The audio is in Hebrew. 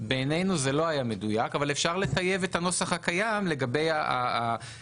בעינינו זה לא היה מדויק אבל אפשר לטייב את הנוסח הקיים לגבי סיום